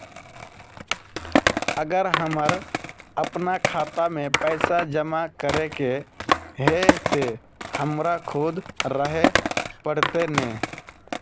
अगर हमर अपना खाता में पैसा जमा करे के है ते हमरा खुद रहे पड़ते ने?